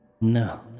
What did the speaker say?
No